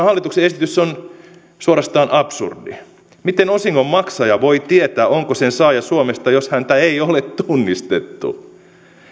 hallituksen esitys on suorastaan absurdi miten osingonmaksaja voi tietää onko sen saaja suomesta jos häntä ei ole tunnistettu